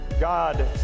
God